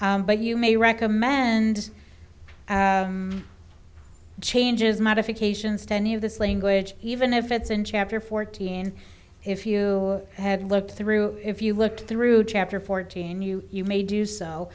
here but you may recommend changes modifications to any of this language even if it's in chapter fourteen if you had looked through if you looked through chapter fourteen you may do so